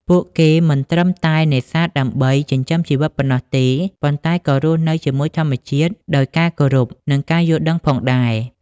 ពួកគេមិនត្រឹមតែនេសាទដើម្បីចិញ្ចឹមជីវិតប៉ុណ្ណោះទេ ប៉ុន្តែក៏រស់នៅជាមួយធម្មជាតិដោយការគោរព និងការយល់ដឹងផងដែរ។